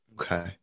Okay